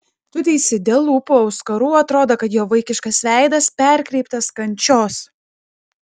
tu teisi dėl lūpų auskarų atrodo kad jo vaikiškas veidas perkreiptas kančios